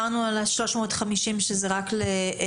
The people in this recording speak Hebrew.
על ה-350 אמרנו שזה רק לשלוש שנים.